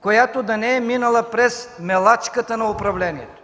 която да не е минала през мелачката на управлението.